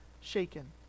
shaken